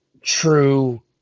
true